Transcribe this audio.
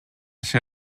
ser